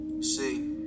See